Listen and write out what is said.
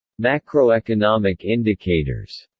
macroeconomic indicators